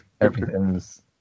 Everything's